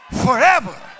forever